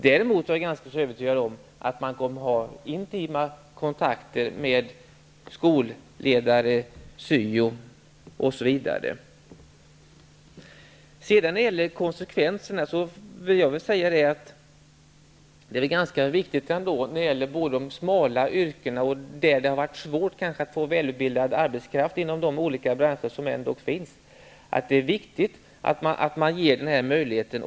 Däremot är jag ganska övertygad om att man kommer att ha intima kontakter med skolledare, syo osv. När det gäller smala yrken och de branscher där det har varit svårt att få välutbildad arbetskraft vill jag säga att det är viktigt att man har den här möjligheten.